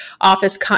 office